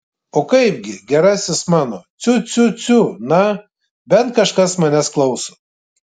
o kaipgi gerasis mano ciu ciu ciu na bent kažkas manęs klauso